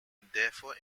therefore